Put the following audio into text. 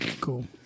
Cool